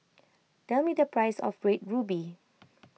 tell me the price of Red Ruby